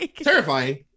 terrifying